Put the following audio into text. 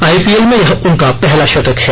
IPL में यह उनका पहला शतक है